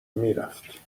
میرفت